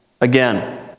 again